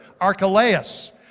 Archelaus